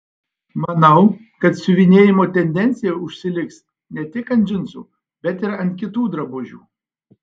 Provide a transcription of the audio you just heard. manau kad siuvinėjimo tendencija užsiliks ne tik ant džinsų bet ir ant kitų drabužių